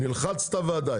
נלחץ את הוועדה.